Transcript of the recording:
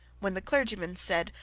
when the clergyman said,